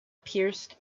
pierced